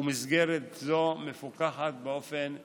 ומסגרת זו מפוקחת באופן אינטנסיבי.